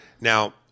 Now